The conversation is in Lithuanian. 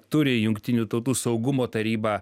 turi jungtinių tautų saugumo taryba